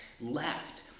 left